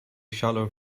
shallow